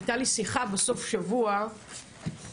הייתה לי שיחה בסוף שבוע עם,